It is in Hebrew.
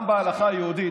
גם בהלכה היהודית,